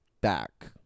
back